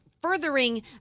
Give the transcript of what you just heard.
furthering